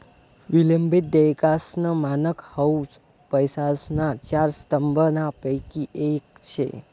विलंबित देयकासनं मानक हाउ पैसासना चार स्तंभसनापैकी येक शे